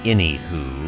Anywho